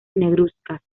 negruzcas